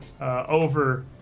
over